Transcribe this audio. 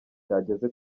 cyageze